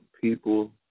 people